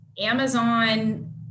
Amazon